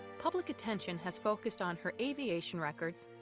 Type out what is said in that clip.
public attention has focused on her aviation records,